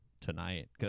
tonight